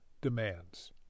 demands